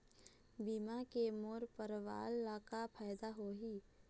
बीमा के मोर परवार ला का फायदा होही?